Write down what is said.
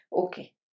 okay